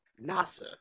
Nasa